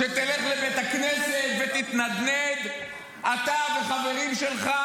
שתלך לבית הכנסת ותתנדנד אתה והחברים שלך?